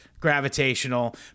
gravitational